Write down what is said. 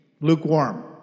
lukewarm